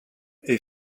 est